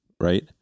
right